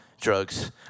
drugs